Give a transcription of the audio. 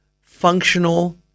functional